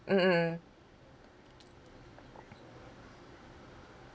mm mm